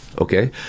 okay